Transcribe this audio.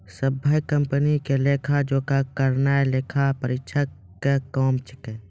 सभ्भे कंपनी के लेखा जोखा करनाय लेखा परीक्षक के काम छै